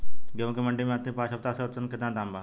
गेंहू के मंडी मे अंतिम पाँच हफ्ता से औसतन केतना दाम बा?